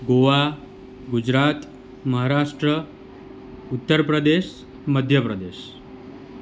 Goa Gujarat Maharashtra Uttar Pradesh Madhya Pradesh